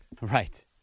Right